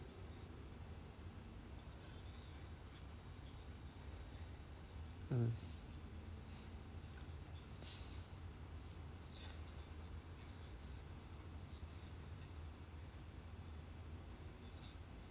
mm